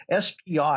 SPI